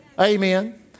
Amen